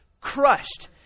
crushed